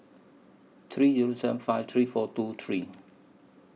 three Zero seven five three four two three